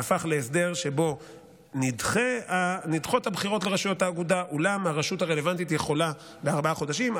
והפך להסדר שבו נדחות הבחירות לרשויות האגודה בארבעה חודשים,